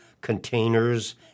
containers